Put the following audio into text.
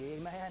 Amen